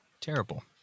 Terrible